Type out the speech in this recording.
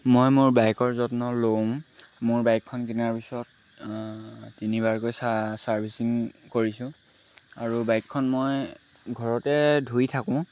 মই মোৰ বাইকৰ যত্ন লম মোৰ বাইকখন কিনাৰ পিছত তিনিবাৰকৈ ছাৰ্ভিচিং কৰিছোঁ আৰু বাইকখন মই ঘৰতে ধুই থাকোঁ